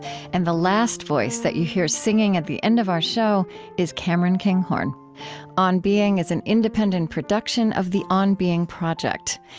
and the last voice that you hear singing at the end of our show is cameron kinghorn on being is an independent production of the on being project.